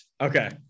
Okay